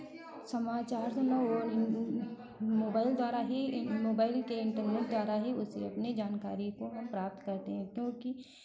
समाचार सुनना हो मोबाइल द्वारा ही मोबाइल के इंटरनेट द्वारा ही उसे अपनी जानकारी को हम प्राप्त करते हैं क्योंकि